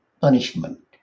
punishment